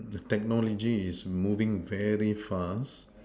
technology is moving very fast